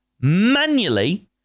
manually